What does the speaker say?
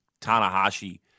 Tanahashi